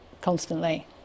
constantly